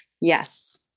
yes